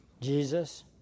Jesus